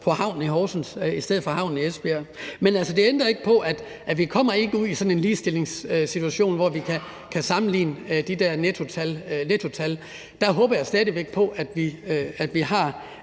på havnen i Horsens i stedet for på havnen i Esbjerg. Men altså, det ændrer ikke på, at vi ikke kommer ud i sådan en ligestillingssituation, hvor vi kan sammenligne de der nettotal. Der håber jeg stadig væk på, at vi vil